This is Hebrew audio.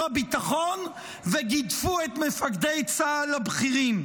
הביטחון וגידפו את מפקדי צה"ל הבכירים.